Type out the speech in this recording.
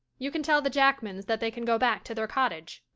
you can tell the jackmans that they can go back to their cottage.